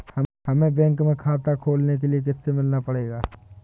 हमे बैंक में खाता खोलने के लिए किससे मिलना पड़ेगा?